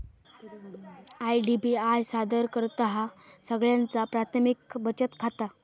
IDBI सादर करतहा सगळ्यांचा प्राथमिक बचत खाता